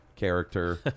character